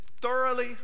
thoroughly